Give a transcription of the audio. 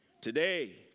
Today